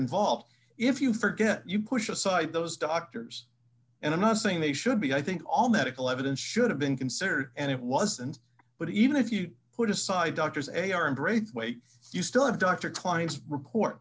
involved if you forget you push aside those doctors and i'm not saying they should be i think all medical evidence should have been considered and it wasn't but even if you put aside doctor's a are in braithwaite you still have dr klein's repor